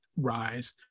rise